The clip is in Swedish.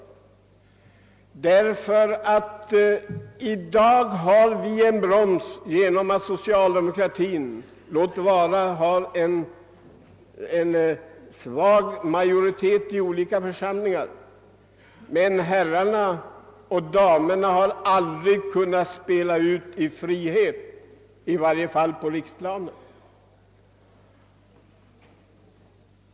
I dag har vi på riksplanet en broms genom att socialdemokratin har majoritet — låt vara en svag sådan — i olika församlingar, och de borgerliga partierna har aldrig kunnat spela ut i frihet, i varje fall inte på riksplanet.